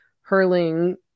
hurling